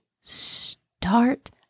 start